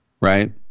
right